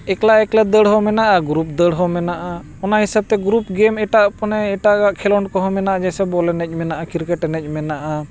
ᱮᱠᱞᱟ ᱮᱠᱞᱟ ᱫᱟᱹᱲ ᱦᱚᱸ ᱢᱮᱱᱟᱜᱼᱟ ᱜᱨᱩᱯ ᱫᱟᱹᱲ ᱦᱚᱸ ᱢᱮᱱᱟᱜᱼᱟ ᱚᱱᱟ ᱦᱤᱥᱟᱹᱵᱽ ᱛᱮ ᱜᱨᱩᱯ ᱜᱮᱢ ᱮᱴᱟᱜ ᱢᱟᱱᱮ ᱮᱴᱟᱜᱟᱜ ᱠᱷᱮᱞᱳᱸᱰ ᱠᱚᱦᱚᱸ ᱢᱮᱱᱟᱜᱼᱟ ᱡᱮᱭᱥᱮ ᱵᱚᱞ ᱮᱱᱮᱡ ᱢᱮᱱᱟᱜᱼᱟ ᱠᱨᱤᱠᱮᱴ ᱮᱱᱮᱡ ᱢᱮᱱᱟᱜᱼᱟ